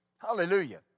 Hallelujah